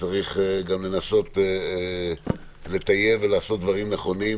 וצריך לנסות לטייב ולעשות דברים נכונים